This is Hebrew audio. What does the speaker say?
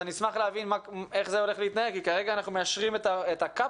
אני אשמח להבין איך זה הולך להתנהל כי כרגע אנחנו מאשרים את הקפסולות,